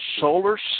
solar